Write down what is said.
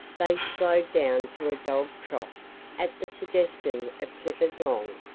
they slowed down to a dog trot at the suggestion of clifford long,